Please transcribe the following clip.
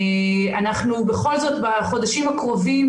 בכל זאת בחודשים הקרובים,